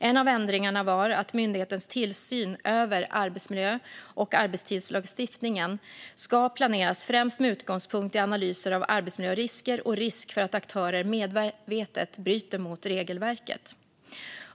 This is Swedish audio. En av ändringarna var att myndighetens tillsyn över arbetsmiljö och arbetstidslagstiftningen ska planeras främst med utgångspunkt i analyser av arbetsmiljörisker och risk för att aktörer medvetet bryter mot regelverket.